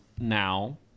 now